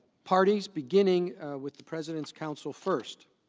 parties beginning with the president's counsel, first.